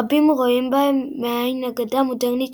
רבים רואים בהם מעין אגדה מודרנית,